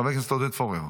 חבר הכנסת עודד פורר.